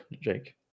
Jake